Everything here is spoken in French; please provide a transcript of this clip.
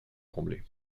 combler